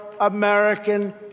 American